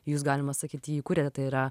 jūs galima sakyt jį įkūrėt yra